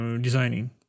designing